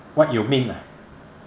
what you mean ah